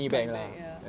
money back ya